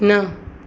न